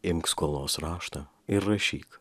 imk skolos raštą ir rašyk